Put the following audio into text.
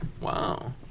Wow